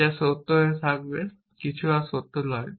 যা সত্য হয়ে যাবে কিন্তু আর সত্য নয়